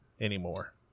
anymore